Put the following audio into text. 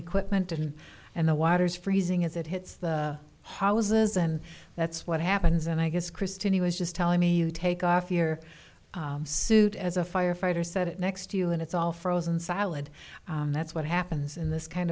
equipment in and the water's freezing as it hits the hollis's and that's what happens and i guess christine he was just telling me you take off your suit as a firefighter said it next to you and it's all frozen solid that's what happens in this kind